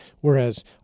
Whereas